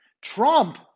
Trump